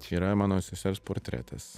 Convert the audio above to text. čia yra mano sesers portretas